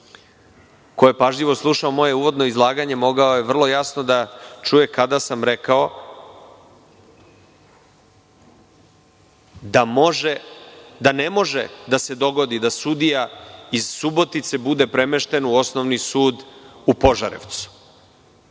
je pažljivo slušao moje uvodno izlaganje mogao je vrlo jasno da čuje kada sam rekao da ne može da se dogodi da sudija iz Subotice bude premešten u Osnovni sud u Požarevcu.